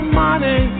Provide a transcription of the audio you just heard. money